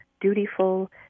dutiful